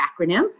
acronym